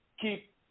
keep